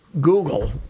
Google